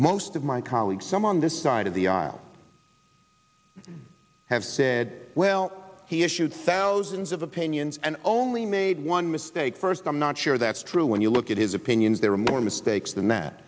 most of my colleagues some on this side of the aisle have said well he issued thousands of opinions and only made one mistake first i'm not sure that's true when you look at his opinions there are more mistakes than that